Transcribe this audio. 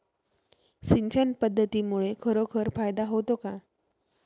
सिंचन पद्धतीमुळे खरोखर फायदा होतो का?